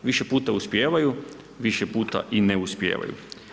Više puta uspijevaju, više puta i ne uspijevaju.